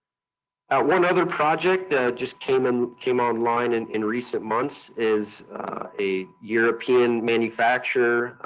one other project that just came and came online and in recent months is a european manufacturer,